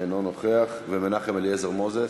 אינו נוכח, מנחם אליעזר מוזס?